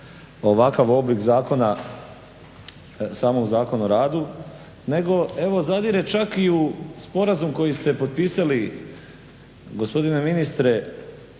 ovakav oblik zakona samo u Zakon o radu nego evo zadire čak i u sporazum koji ste potpisali gospodine ministre